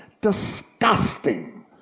disgusting